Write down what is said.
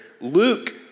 Luke